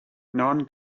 non